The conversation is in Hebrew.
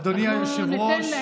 אדוני היושב-ראש,